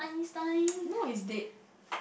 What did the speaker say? no it's dead